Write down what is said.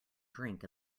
drink